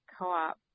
co-op